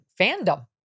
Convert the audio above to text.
fandom